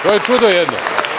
To je čudo jedno.